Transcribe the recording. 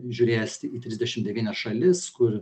žiūrėjęs į trisdešim devynias šalis kur